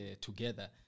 together